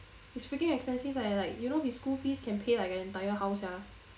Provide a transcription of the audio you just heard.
it's freaking expensive eh you know his school fees can pay like an entire house sia